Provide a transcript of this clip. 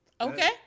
Okay